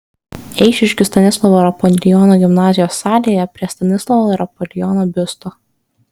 eišiškių stanislovo rapolionio gimnazijos salėje prie stanislovo rapolionio biusto